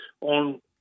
on